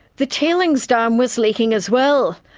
the tailings dam was leaking as well.